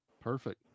perfect